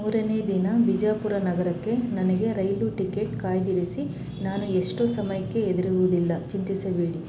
ಮೂರನೇ ದಿನ ಬಿಜಾಪುರ ನಗರಕ್ಕೆ ನನಗೆ ರೈಲು ಟಿಕೆಟ್ ಕಾಯ್ದಿರಿಸಿ ನಾನು ಎಷ್ಟು ಸಮಯಕ್ಕೆ ಹೆದರುವುದಿಲ್ಲ ಚಿಂತಿಸಬೇಡಿ